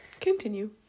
Continue